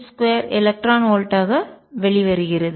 6Z2 electron வோல்ட்டாக வெளிவருகிறது